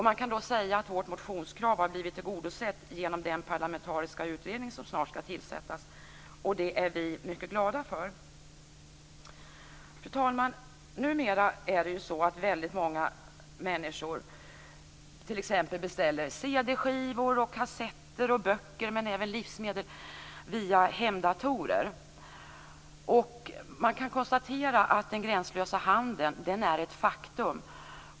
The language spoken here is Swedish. Man kan då säga att vårt motionskrav har blivit tillgodosett genom den parlamentariska utredning som snart skall tillsättas. Det är vi mycket glada för. Fru talman! Numera är det så att väldigt många människor t.ex. beställer cd-skivor, kassetter och böcker men även livsmedel via hemdatorer. Man kan konstatera att den gränslösa handeln är ett faktum.